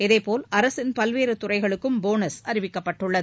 இதேபோல் அரசின் பல்வேறு துறைகளுக்கும் போனஸ் அறிவிக்கப்பட்டுள்ளது